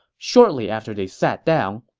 shortly after they sat down,